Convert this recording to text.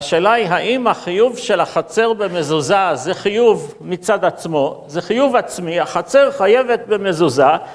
השאלה היא האם החיוב של החצר במזוזה זה חיוב מצד עצמו, זה חיוב עצמי, החצר חייבת במזוזה.